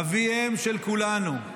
אביהם של כולנו: